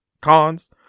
Cons